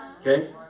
Okay